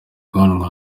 guhamagarwa